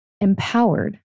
empowered